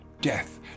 death